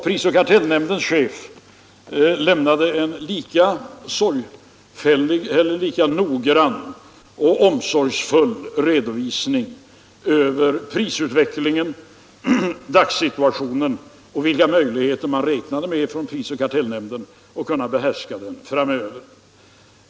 Prisoch kartellnämndens chef lämnade en lika noggrann och omsorgsfull redovisning över prisutvecklingen, dagssituationen och vilka möjligheter prisoch kartellnämnden räknade med att ha för att kunna behärska den framöver.